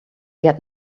get